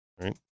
right